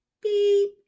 beep